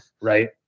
right